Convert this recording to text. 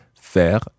faire